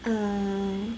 uh